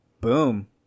boom